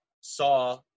saw